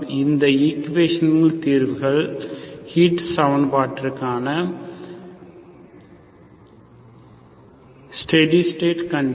இந்த ஈக்குவேஷன்களின் தீர்வுகள் ஹீட் சமன்பாட்டிற்கான ஸ்டெடி ஸ்டேட் கண்டிசன்